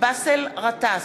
באסל גטאס,